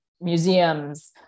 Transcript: museums